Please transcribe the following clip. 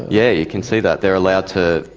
yeah, you can see that, they're allowed to.